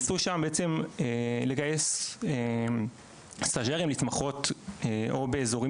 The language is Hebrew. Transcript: ניסו שם בעצם לגייס סטז'רים להתמחות או באזורים